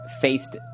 faced